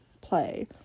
play